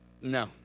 no